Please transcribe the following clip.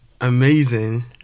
amazing